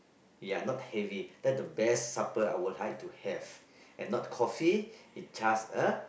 ya not heavy that the best supper I would like to have and not coffee is just a